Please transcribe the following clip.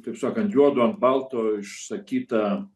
kaip sakant juodu ant balto išsakytą